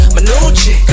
Manucci